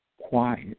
quiet